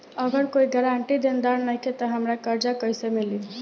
अगर कोई गारंटी देनदार नईखे त हमरा कर्जा कैसे मिली?